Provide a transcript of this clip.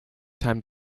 time